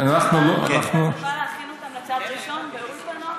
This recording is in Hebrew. לא נותנים לצבא להכין אותם לצו ראשון, בנות.